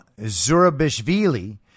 Zurabishvili